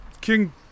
King